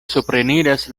supreniras